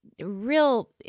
real